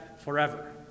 forever